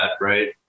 right